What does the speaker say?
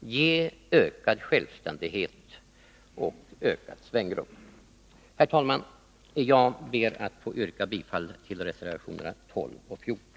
ge dem ökad självständighet och ökat svängrum. Herr talman! Jag yrkar bifall till reservationerna 12 och 14.